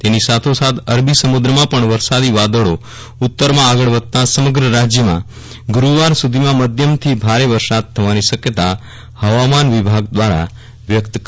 તેની સાથોસાથ અરબી સમુ દ્રમાં પણ વરસાદી વાદળો ઉત્તરમાં આગળ વધતા સમગ્ર રાજ્યમાં ગુ રૂવાર સુ ધીમાં મધ્યમથી ભારે વરસાદ થવાની શક્યતા હવામાન વિભાગ દ્વારા વ્યક્ત કરવામાં આવી છે